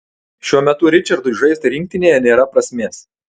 šiuo metu ričardui žaisti rinktinėje nėra prasmės